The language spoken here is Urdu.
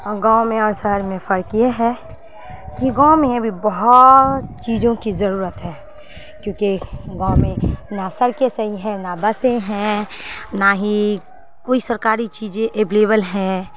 اور گاؤں میں اور شہر میں فرق یہ ہے کہ گاؤں میں ابھی بہت چیزوں کی ضرورت ہے کیونکہ گاؤں میں نہ سڑکیں صحیح ہیں نہ بسیں ہیں نہ ہی کوئی سرکاری چیزیں ابلیبل ہیں